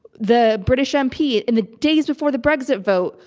the british mp, in the days before the brexit vote,